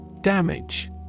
Damage